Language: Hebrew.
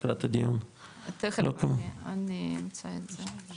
תיכף, אני אמצא את זה.